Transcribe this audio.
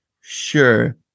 Sure